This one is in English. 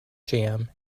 jam